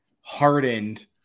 hardened